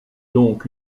donc